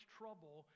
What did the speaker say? trouble